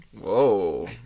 Whoa